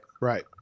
right